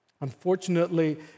Unfortunately